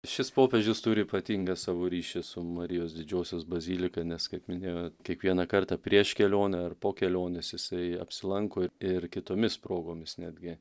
šis popiežius turi ypatingą savo ryšį su marijos didžiosios bazilika nes kaip minėjo kiekvieną kartą prieš kelionę ar po kelionės jisai apsilanko ir kitomis progomis netgi